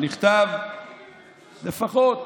שנכתבה לפחות